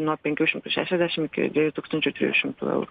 nuo penkių šimtų šešiasdešim iki dviejų tūkstančių ir trijų šimtų eurų